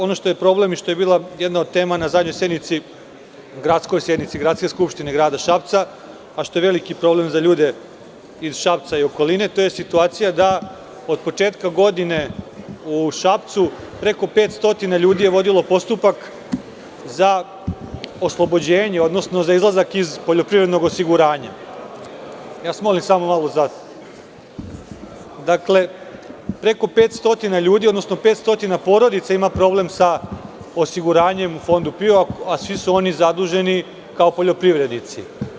Ono što je problem i što je bila jedna od tema na sednici Gradske skupštine grada Šapca, a što je veliki problem za ljude iz Šapca i okoline, to je situacija da od početka godine u Šapcu preko 500 ljudi je vodilo postupak za oslobođenje, odnosno za izlazak iz poljoprivrednog osiguranja, odnosno 500 porodica ima problem sa osiguranjem u Fondu PIO, a svi su oni zaduženi kao poljoprivrednici.